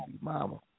mama